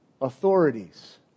authorities